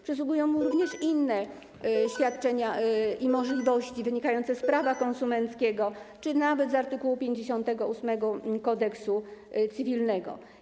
Przysługują mu również inne świadczenia i możliwości wynikające z prawa konsumenckiego czy nawet z art. 58 Kodeksu cywilnego.